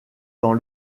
dans